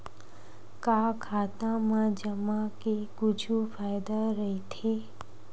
का खाता मा जमा के कुछु फ़ायदा राइथे?